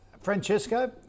Francesco